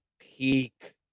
peak